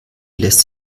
lässt